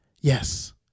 Yes